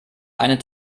einen